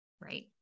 right